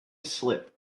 slip